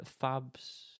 Fabs